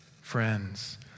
friends